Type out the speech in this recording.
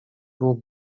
był